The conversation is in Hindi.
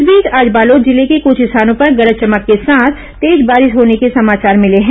इस बीच आज बालोद जिले के कृछ स्थानों पर गरज चमक के साथ तेज बारिश होने के समाचार मिले हैं